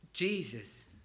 Jesus